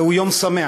זהו יום שמח,